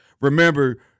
Remember